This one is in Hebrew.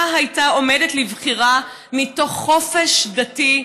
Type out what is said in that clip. הייתה עומדת לבחירה מתוך חופש דתי,